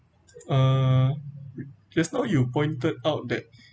uh just now you pointed out that